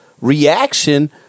reaction